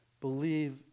Believe